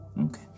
Okay